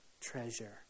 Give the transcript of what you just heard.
treasure